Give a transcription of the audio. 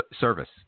service